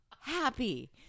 happy